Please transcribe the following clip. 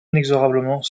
inexorablement